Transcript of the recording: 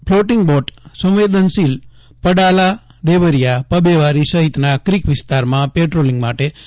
floating boat સંવેદનશીલ પડાલા દેવરિયા પબેવારી સહિતના ક્રિક વિસ્તારમાં પેટ્રોલિંગ માટે તૈનાત રખાય છે